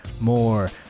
more